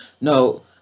no